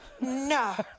no